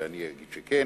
ואני אגיד שכן,